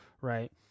right